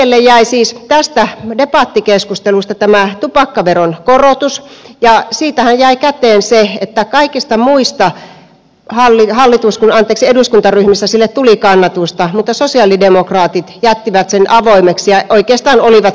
jäljelle jäi siis tästä debattikeskustelusta tämä tupakkaveron korotus ja siitähän jäi käteen se että kaikista muista eduskuntaryhmistä sille tuli kannatusta mutta sosialidemokraatit jättivät sen avoimeksi ja oikeastaan olivat sitä vastaan